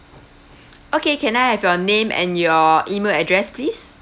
okay can I have your name and your E-mail address please